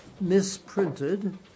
Misprinted